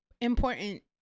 important